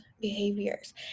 behaviors